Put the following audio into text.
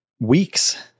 weeks